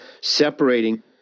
separating